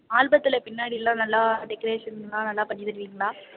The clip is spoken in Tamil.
ஆல்பத்தில் பின்னாடி எல்லாம் நல்லா டெக்கரேஷன் எல்லாம் நல்லா பண்ணி தருவீங்களா